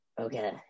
Okay